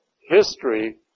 history